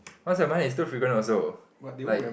what's the point if too frequent also like